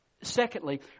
secondly